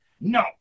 no